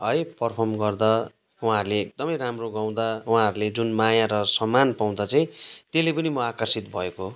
है पर्फम गर्दा उहाँहरूले एकदमै राम्रो गाउँदा उहाँहरूले जुन माया र सम्मान पाउँदा चाहिँ त्यसले पनि म आकर्षित भएको हो